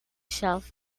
shelf